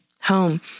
home